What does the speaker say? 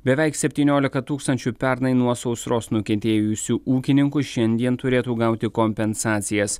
beveik septyniolika tūkstančių pernai nuo sausros nukentėjusių ūkininkų šiandien turėtų gauti kompensacijas